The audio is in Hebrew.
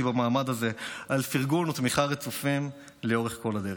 במעמד הזה על פרגון ותמיכה רצופים לאורך כל הדרך.